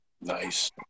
Nice